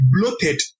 bloated